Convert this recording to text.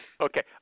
Okay